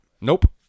Nope